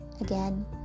Again